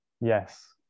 Yes